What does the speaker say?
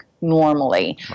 normally